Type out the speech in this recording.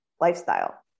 lifestyle